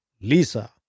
Lisa